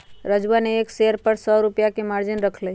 राजूवा ने एक शेयर पर सौ रुपया के मार्जिन रख लय